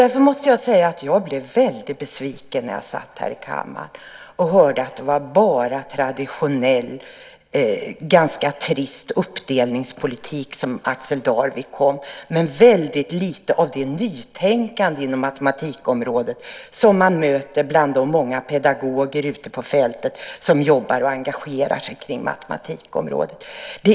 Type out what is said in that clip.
Därför måste jag säga att jag blev väldigt besviken när jag satt här i kammaren och hörde att det bara var ganska trist, traditionell uppdelningspolitik som Axel Darvik kom med, men väldigt lite av det nytänkande på matematikområdet som man möter bland de många pedagoger ute på fältet som jobbar med och engagerar sig i matematik.